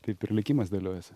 taip ir likimas dėliojasi